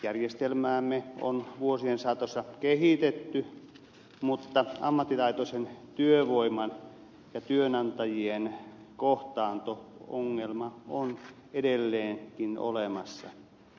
järjestelmäämme on vuosien saatossa kehitetty mutta ammattitaitoisen työvoiman ja työnantajien kohtaanto ongelma on edelleenkin olemassa